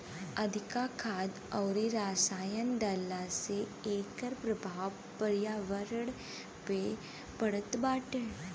अधिका खाद अउरी रसायन डालला से एकर प्रभाव पर्यावरण पे पड़त बाटे